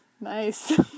Nice